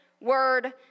word